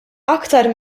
aktar